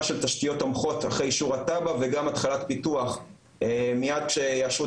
של תשתיות תומכות אחרי אישור התב"ע וגם התחלת פיתוח מייד כשיאשרו